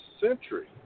century